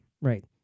right